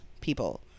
people